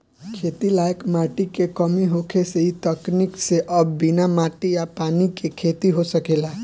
खेती लायक माटी के कमी होखे से इ तकनीक से अब बिना माटी आ पानी के खेती हो सकेला